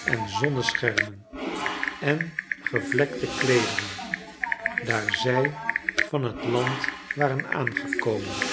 en zonneschermen en gevlekte kleederen daar zlj van het land waren aangekomen